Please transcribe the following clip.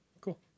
Cool